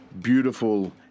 beautiful